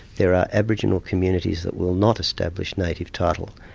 there are aboriginal communities that will not establish native title,